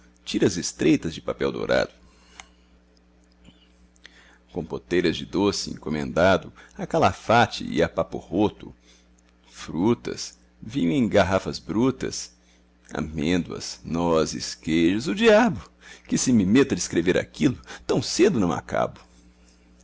osso tiras estreitas de papel dourado compoteiras de doce encomendado a calafate e a papo rôto frutas vinho em garrafas brutas amêndoas nozes queijos o diabo que se me meto a descrever aquilo tão cedo não acabo